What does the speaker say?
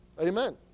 amen